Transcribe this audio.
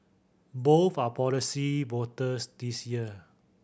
both are policy voters this year